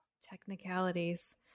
Technicalities